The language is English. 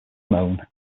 known